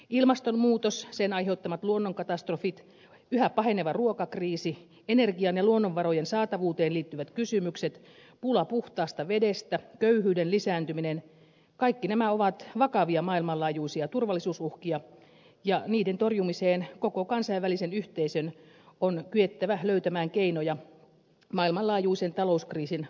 ilmastonmuutos sen aiheuttamat luonnonkatastrofit yhä paheneva ruokakriisi energian ja luonnonvarojen saatavuuteen liittyvät kysymykset pula puhtaasta vedestä köyhyyden lisääntyminen kaikki nämä ovat vakavia maailmanlaajuisia turvallisuusuhkia ja niiden torjumiseen koko kansainvälisen yhteisön on kyettävä löytämään keinoja maailmanlaajuisen talouskriisin oloissakin